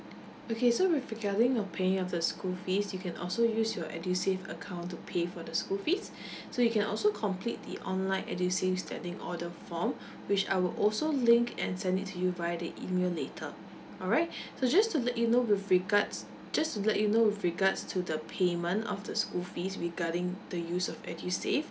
okay so with regarding your paying of the school fees you can also use your edusave account to pay for the school fees so you can also complete the online edusave's standing order form which I will also link and send it to you via the email later all right so just to let you know with regards just to let you know with regards to the payment of the school fees regarding the use of edusave